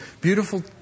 beautiful